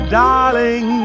darling